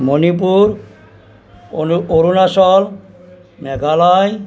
মনিপুৰ অ অৰুণাচল মেঘালয়